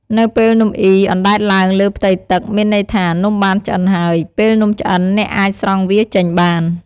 នៅពេលនំអុីអណ្តែតឡើងលើផ្ទៃទឹក មានន័យថានំបានឆ្អិនហើយ ពេលនំឆ្អិន អ្នកអាចស្រង់វាចេញបាន។